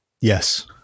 yes